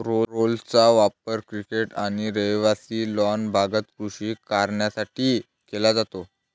रोलर्सचा वापर क्रिकेट आणि रहिवासी लॉन भागात कृषी कारणांसाठी केला जातो